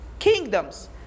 kingdoms